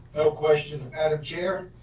no questions, madam chair,